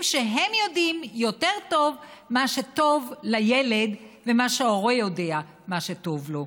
שהם יודעים יותר טוב מה שטוב לילד ממה שההורה יודע מה שטוב לו?